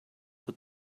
what